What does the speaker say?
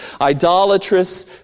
idolatrous